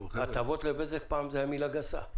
הטבות לבזק, פעם זו הייתה מילה גסה.